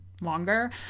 longer